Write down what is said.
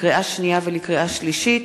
לקריאה שנייה ולקריאה שלישית,